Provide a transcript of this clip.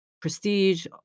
prestige